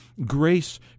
Grace